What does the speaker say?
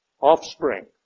offspring